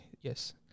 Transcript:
Yes